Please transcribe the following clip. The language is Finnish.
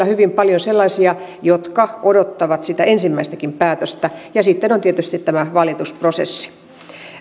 hyvin paljon sellaisia henkilöitä jotka odottavat sitä ensimmäistäkin päätöstä ja sitten on tietysti tämä valitusprosessi